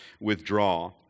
withdraw